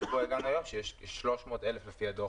למצב אליו הגענו היום בו בישראל יש 300,000 - לפי הדוח